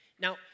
Now